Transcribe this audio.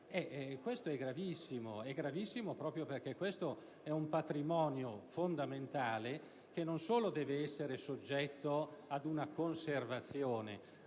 Questo è gravissimo, proprio perché è un patrimonio fondamentale, che non solo deve essere soggetto ad una conservazione,